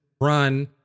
run